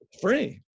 free